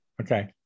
Okay